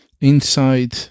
inside